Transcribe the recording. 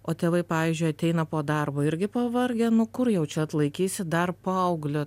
o tėvai pavyzdžiui ateina po darbo irgi pavargę nu kur jau čia atlaikysi dar paauglio